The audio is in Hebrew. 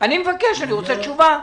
אני מבקש, אני רוצה תשובה.